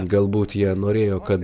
galbūt jie norėjo kad